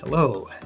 Hello